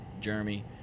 Jeremy